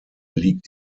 liegt